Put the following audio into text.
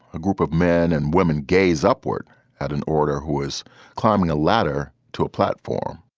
a group of men and women gaze upward at an order who was climbing a ladder to a platform